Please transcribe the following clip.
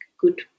good